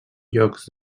llocs